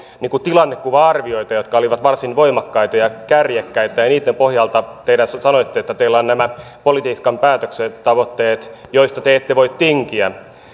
tilannekuva arvioita jotka olivat varsin voimakkaita ja kärjekkäitä ja ja niitten pohjalta te sanoitte että teillä on nämä politiikan päätöksen tavoitteet joista te ette voi tinkiä